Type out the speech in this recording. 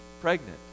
pregnant